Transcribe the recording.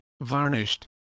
varnished